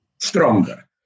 stronger